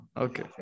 okay